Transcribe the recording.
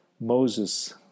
Moses